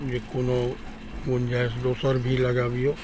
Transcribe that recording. जे कोनो गुञ्जाइश दोसर भी लगाबियौ